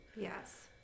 Yes